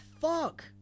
Fuck